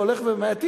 זה הולך למעטים,